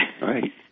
Right